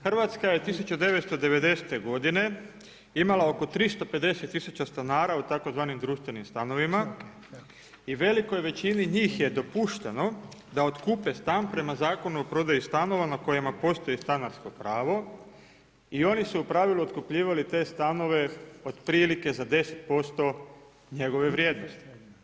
Hrvatska je 1990.-te godine imala oko 350 tisuća stanara u tzv. društvenim stanovima i velikoj većini njih je dopušteno da otkupe stan prema Zakonu o prodaji stanova na kojima postoji stanarsko pravo i oni su u pravilu otkupljivali te stanove otprilike za 10% njegove vrijednosti.